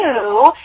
two